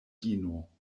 ino